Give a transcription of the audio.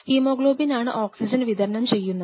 ഹീമോഗ്ലോബിനാണ് oxygen വിതരണം ചെയ്യുന്നത്